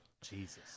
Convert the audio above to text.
Jesus